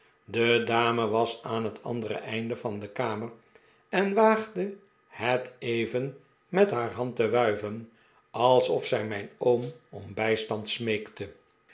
de dame was aan het andere einde van de kamer en waagde het even met haar hand te wuiven alsof zij mijn oom om bij stand